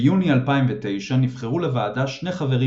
ביוני 2009 נבחרו לוועדה שני חברים